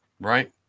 right